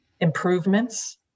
improvements